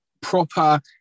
proper